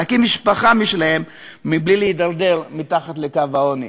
להקים משפחה משלהם מבלי להידרדר מתחת לקו העוני.